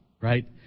right